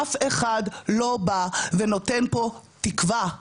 אף אחד לא בא ונותן פה תקווה.